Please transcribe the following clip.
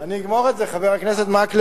אני אגמור את זה, חבר הכנסת מקלב.